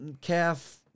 calf